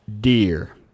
dear